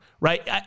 Right